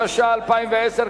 התש"ע 2010,